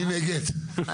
מי נגד?